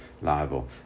liable